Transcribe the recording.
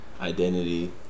identity